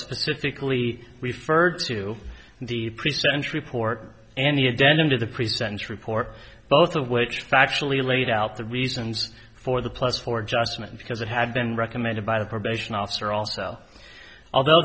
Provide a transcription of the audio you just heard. specifically referred to the precentor report and the addendum to the pre sentence report both of which factually laid out the reasons for the plus for adjustment because it had been recommended by the probation officer also although